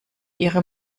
ihre